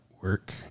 work